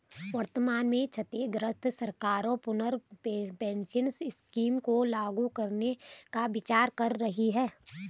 वर्तमान में छत्तीसगढ़ सरकार पुनः पेंशन स्कीम को लागू करने का विचार कर रही है